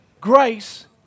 grace